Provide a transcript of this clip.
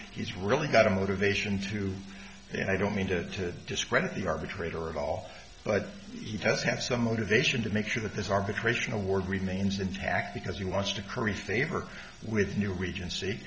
he's really got a motivation to and i don't mean to discredit the arbitrator at all but he does have some motivation to make sure that this arbitration award remains intact because he wants to curry favor with new regency